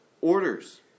orders